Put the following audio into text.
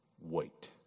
wait